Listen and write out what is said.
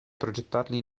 progettarli